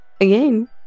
again